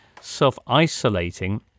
self-isolating